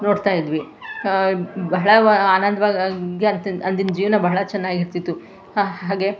ನೋಡ್ತಾಯಿದ್ವಿ ಬಹಳ ವ ಆನಂದವಾಗಿ ಅಂದಿಂದು ಜೀವನ ಬಹಳ ಚೆನ್ನಾಗಿರ್ತಿತ್ತು ಹಾಗೇ